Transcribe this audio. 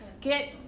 get